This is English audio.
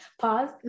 Pause